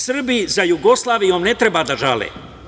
Srbi za Jugoslavijom ne treba da žale.